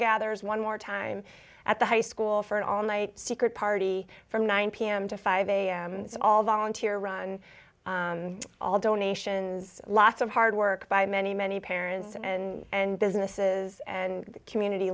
gathers one more time at the high school for an all night secret party from nine pm to five am it's all volunteer run all donations lots of hard work by many many parents in and businesses and community